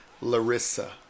Larissa